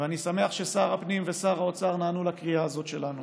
אני שמח ששר הפנים ושר האוצר נענו לקריאה הזאת שלנו